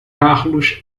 carlos